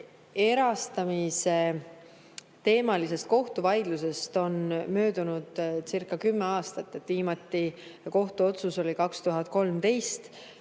erastamisteemalisest kohtuvaidlusest on möödunudcircakümme aastat, viimane kohtuotsus oli 2013.